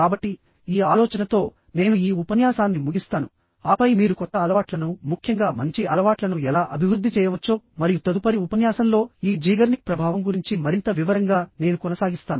కాబట్టి ఈ ఆలోచనతో నేను ఈ ఉపన్యాసాన్ని ముగిస్తాను ఆపై మీరు కొత్త అలవాట్లను ముఖ్యంగా మంచి అలవాట్లను ఎలా అభివృద్ధి చేయవచ్చో మరియు తదుపరి ఉపన్యాసంలో ఈ జీగర్నిక్ ప్రభావం గురించి మరింత వివరంగా నేను కొనసాగిస్తాను